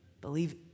Believe